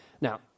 Now